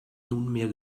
nunmehr